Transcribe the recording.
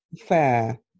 Fair